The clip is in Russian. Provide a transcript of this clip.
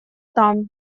там